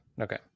Okay